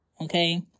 okay